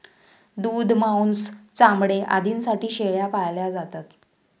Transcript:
दूध, मांस, चामडे आदींसाठी शेळ्या पाळल्या जातात